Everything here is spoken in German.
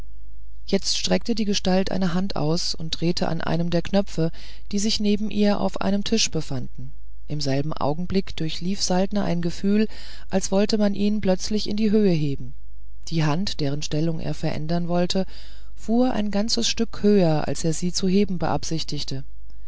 jetzt streckte die gestalt eine hand aus und drehte an einem der knöpfe die sich neben ihr auf einem tisch befanden in demselben augenblick durchlief saltner ein gefühl als wollte man ihn plötzlich in die höhe heben die hand deren stellung er verändern wollte fuhr ein ganzes stück höher als er sie zu heben beabsichtigte